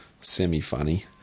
semi-funny